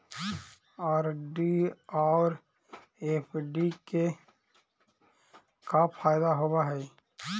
RD और FD के का फायदा होव हई?